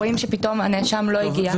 רואים שפתאום הנאשם לא הגיע,